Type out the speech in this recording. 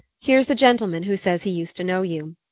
here's the gentleman who says he used to know you.